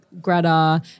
Greta